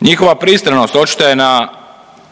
Njihova pristranost očita je